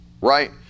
right